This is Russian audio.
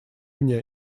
мне